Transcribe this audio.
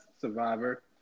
survivor